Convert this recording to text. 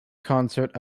concert